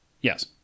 Yes